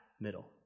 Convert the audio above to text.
middle